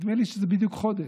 נדמה לי שזה בדיוק חודש,